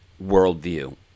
worldview